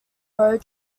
road